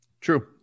True